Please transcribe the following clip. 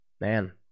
man